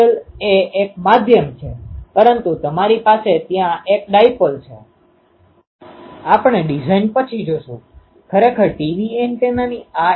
મેં પહેલાથી જ કહ્યું છે કે નિરીક્ષણ બિંદુનો ત્રિજ્યા વેક્ટર r છે અને દેખીતી રીતે તે Prθϕ છે